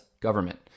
government